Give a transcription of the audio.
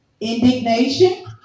Indignation